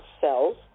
cells